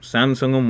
Samsung